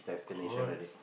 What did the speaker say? correct